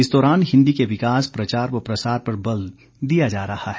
इस दौरान हिंदी के विकास प्रचार व प्रसार पर बल दिया जा रहा है